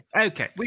Okay